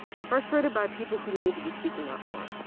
i'm frustrated by people who need to be speaking out more,